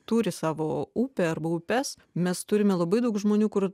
turi savo upę arba upes mes turime labai daug žmonių kur